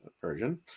version